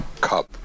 Cup